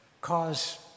cause